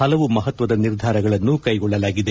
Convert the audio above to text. ಹಲವು ಮಹತ್ವದ ನಿರ್ಧಾರಗಳನ್ನು ಕೈಗೊಳ್ಳಲಾಗಿದೆ